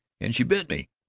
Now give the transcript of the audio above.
and she bit me.